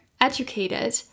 educated